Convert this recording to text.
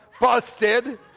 busted